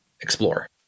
explore